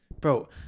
Bro